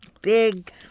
big